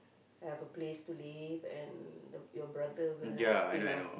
have a place to live and the your brother will have enough